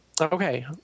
Okay